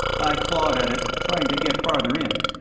i clawed at it trying to get farther in.